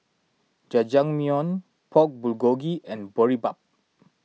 Jajangmyeon Pork Bulgogi and Boribap